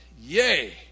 Yay